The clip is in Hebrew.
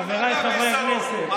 מר מנסור,